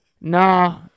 Nah